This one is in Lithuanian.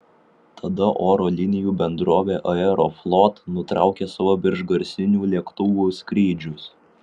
tada oro linijų bendrovė aeroflot nutraukė savo viršgarsinių lėktuvų skrydžius